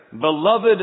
beloved